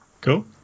Cool